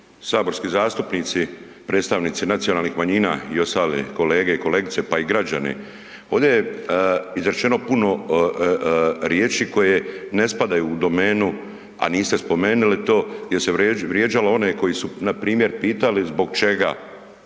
saborski zastupnici predstavnici nacionalnih manjina i ostale kolege i kolegice pa i građani, ovdje je izrečeno puno riječi koje ne spadaju u domenu, a niste spomenuli to jel se vrijeđalo one koji su npr. pitali zbog čega